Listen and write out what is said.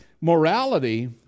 morality